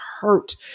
hurt